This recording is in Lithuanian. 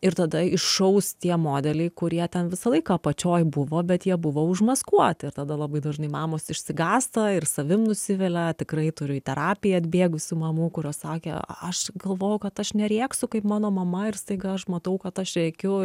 ir tada iššaus tie modeliai kurie ten visą laiką apačioj buvo bet jie buvo užmaskuoti ir tada labai dažnai mamos išsigąsta ir savim nusivilia tikrai turiu į terapiją atbėgusių mamų kurios sakė aš galvojau kad aš nerėksiu kaip mano mama ir staiga aš matau kad aš rėkiu